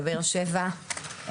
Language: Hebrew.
בבאר שבע,